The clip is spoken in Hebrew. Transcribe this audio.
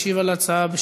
משיב על ההצעה,